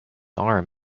arm